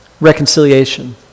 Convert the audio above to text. reconciliation